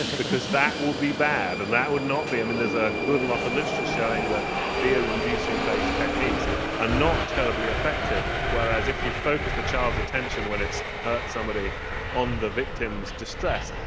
because that will be bad and that would not be. um and there's a good lot of literature showing that fear-inducing based techniques are not terribly effective, whereas if you focus the child's attention when it's hurt somebody on the victim's distress,